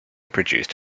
produced